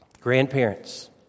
grandparents